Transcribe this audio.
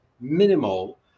minimal